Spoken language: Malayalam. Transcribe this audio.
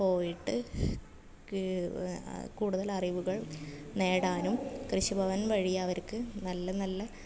പോയിട്ട് കൂടുതൽ അറിവുകൾ നേടാനും കൃഷിഭവൻ വഴി അവർക്ക് നല്ല നല്ല